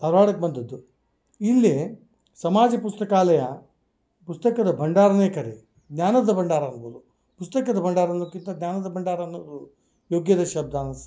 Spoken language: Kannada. ಧಾರ್ವಾಡಕ್ಕೆ ಬಂದದ್ದು ಇಲ್ಲಿ ಸಮಾಜ ಪುಸ್ತಕಾಲಯ ಪುಸ್ತಕದ ಭಂಡಾರವೇ ಖರೆ ಜ್ಞಾನದ ಭಂಡಾರ ಅನ್ಬೋದು ಪುಸ್ತಕದ ಭಂಡಾರ ಅನ್ನುದಕ್ಕಿಂತ ಜ್ಞಾನದ ಭಂಡಾರ ಅನ್ನುವುದು ಯೋಗ್ಯದ ಶಬ್ದ ಅನ್ಸ್ತದೆ